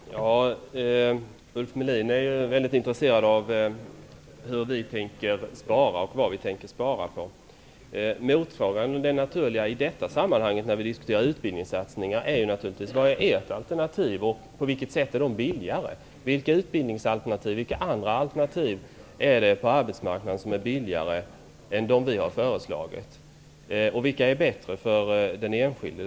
Herr talman! Ulf Melin är mycket intresserad av hur och på vad vi tänker spara. Den naturliga motfrågan när vi diskuterar utbildningssatsningar är vilket ert alternativ är. På vilket sätt är det billigare? Vilka andra alternativ på arbetsmarknaden är billigare än de vi har föreslagit? Vilka alternativ är bättre för den enskilde?